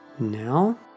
Now